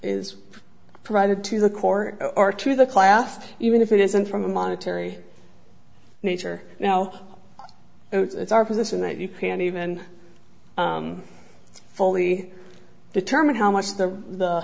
is provided to the court or to the class even if it isn't from a monetary nature now it's our position that you can't even fully determine how much the